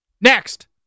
Next